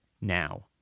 now